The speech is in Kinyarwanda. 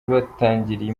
batangiriye